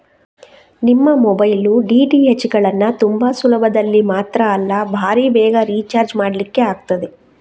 ನಿಮ್ಮ mobile, DTH ಗಳನ್ನ ತುಂಬಾ ಸುಲಭದಲ್ಲಿ ಮಾತ್ರ ಅಲ್ಲ ಭಾರೀ ಬೇಗ ರಿಚಾರ್ಜ್ ಮಾಡ್ಲಿಕ್ಕೆ ಆಗ್ತದೆ